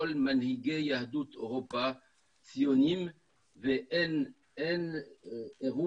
כל מנהיגי יהדות אירופה ציוניים ואין אירוע,